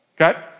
Okay